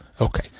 Okay